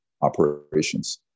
operations